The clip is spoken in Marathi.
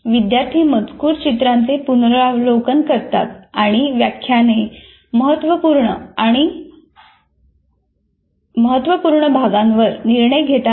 विद्यार्थी मजकूर चित्रांचे पुनरावलोकन करतात आणि व्याख्याने महत्त्वपूर्ण आणि महत्त्वपूर्ण भागांवर निर्णय घेताना